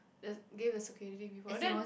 and give the security people then